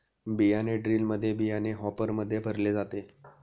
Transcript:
बियाणे ड्रिलमध्ये बियाणे हॉपरमध्ये भरले जाते